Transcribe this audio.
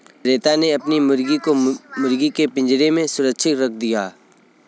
श्वेता ने अपनी मुर्गी को मुर्गी के पिंजरे में सुरक्षित रख दिया